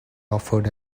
offered